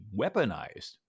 weaponized